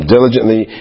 Diligently